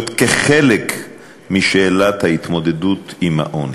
כחלק משאלת ההתמודדות עם העוני.